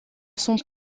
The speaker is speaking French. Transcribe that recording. son